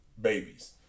babies